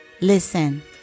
listen